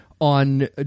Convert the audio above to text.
on